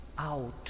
out